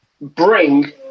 bring